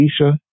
Aisha